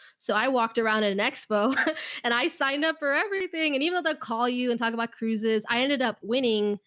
so i walked around at an expo and i signed up for everything. and even with the call you and talk about cruises, i ended up winning.